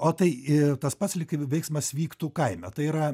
o tai tas pats lyg veiksmas vyktų kaime tai yra